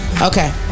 okay